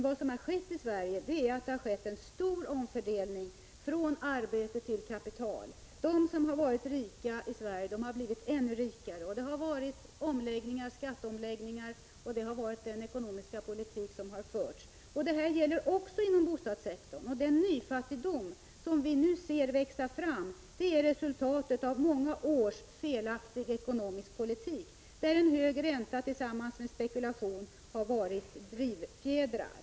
Vad som har skett i Sverige är en stor omfördelning från arbete till kapital. De som har varit rika har blivit ännu rikare, och bakom detta ligger skatteomläggningar och den förda ekonomiska politiken. Det gäller också inom bostadssektorn. Den nyfattigdom som vi nu ser växa fram är resultatet av många års felaktiga ekonomiska politik, där en hög ränta tillsammans med spekulation har varit drivfjädrar.